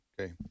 Okay